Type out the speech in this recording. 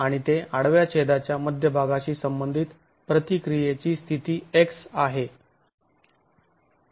आणि ते आडव्या छेदाच्या मध्यभागाशी संबंधित प्रतिक्रियेची स्थिती x आहे